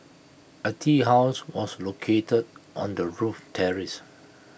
A tea house was located on the roof terrace